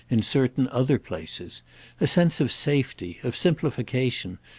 in certain other places a sense of safety, of simplification,